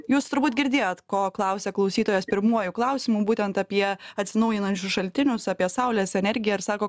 jūs turbūt girdėjot ko klausia klausytojas pirmuoju klausimu būtent apie atsinaujinančius šaltinius apie saulės energiją ir sako